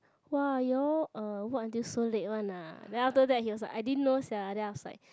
!wah! you all uh work until so late one ah then after that he was like I didn't know sia then I was like